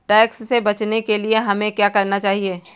Tax से बचने के लिए हमें क्या करना चाहिए?